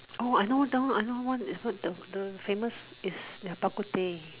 orh I know that one I know one it's not the the famous it's their Bak-Kut-Teh